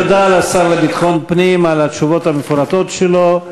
תודה לשר לביטחון פנים על התשובות המפורטות שלו.